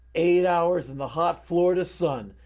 eight hours in the hot florida sun,